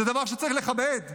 זה דבר שצריך לכבד -- נכון.